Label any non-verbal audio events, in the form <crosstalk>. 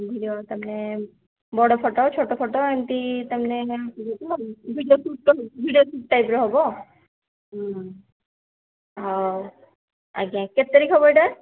video ତା'ହେଲେ ବଡ଼ photo ଛୋଟ ଫଟୋ ଏମିତି ତା' ମାନେ ଭିଡ଼ିଓ ସୁଟ୍ ତ <unintelligible> ଭିଡ଼ିଓ ସୁଟ୍ ଟାଇପ୍ର ହବ ହଉ ଆଜ୍ଞା କେତେ ତାରିଖ ହବ ଏଇଟା